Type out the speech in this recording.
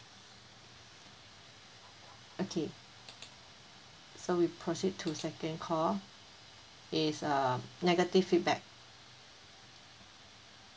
okay so we proceed to second call is uh negative feedback